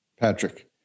Patrick